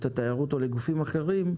לחברה הממשלתית לתיירות או לגופים אחרים,